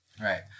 Right